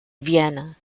vienna